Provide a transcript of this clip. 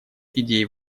идеи